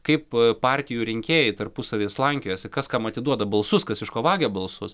kaip partijų rinkėjai tarpusavyje slankiojasi kas kam atiduoda balsus kas iš ko vagia balsus